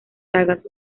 sagas